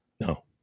No